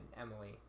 Emily